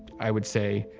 i would say,